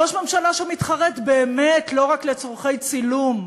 ראש ממשלה שמתחרט באמת, לא רק לצורכי צילום,